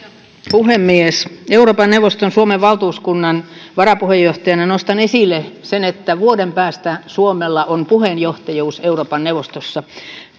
puhemies euroopan neuvoston suomen valtuuskunnan varapuheenjohtajana nostan esille sen että vuoden päästä suomella on puheenjohtajuus euroopan neuvoston